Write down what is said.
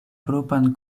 propran